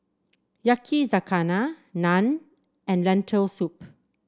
Yakizakana Naan and Lentil Soup